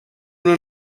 una